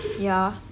ya